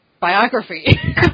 biography